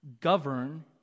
govern